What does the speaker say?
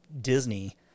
Disney